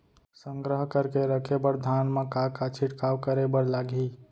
संग्रह करके रखे बर धान मा का का छिड़काव करे बर लागही?